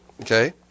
Okay